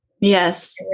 Yes